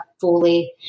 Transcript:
fully